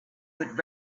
would